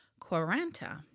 quaranta